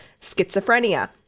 Schizophrenia